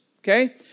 okay